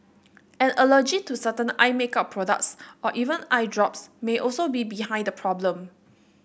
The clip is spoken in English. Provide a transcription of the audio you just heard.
an allergy to certain eye makeup products or even eye drops may also be behind the problem